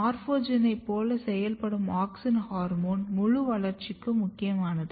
மார்போஜனைப் போல செயல்படும் auxin hormone முழு வளர்ச்சிக்கு முக்கியமானது